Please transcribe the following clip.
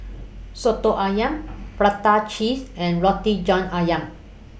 Soto Ayam Prata Cheese and Roti John Ayam